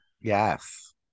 Yes